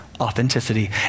authenticity